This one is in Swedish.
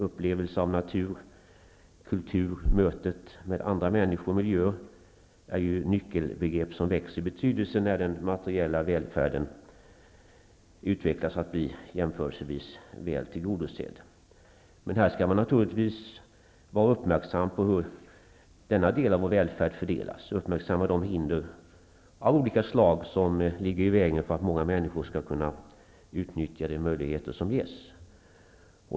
Upplevelse av natur, kultur, mötet med andra människor och miljöer är ju nyckelbegrepp som växer i betydelse när den materiella välfärden utvecklas till att bli jämförelsevis väl tillgodosedd. Men i detta sammanhang skall man naturligtvis vara uppmärksam på hur denna del av vår välfärd fördelas och uppmärksamma de hinder av olika slag som ligger i vägen för att många människor skall kunna utnyttja de möjligheter som ges.